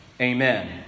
Amen